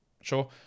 sure